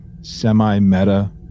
semi-meta